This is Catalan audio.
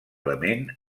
element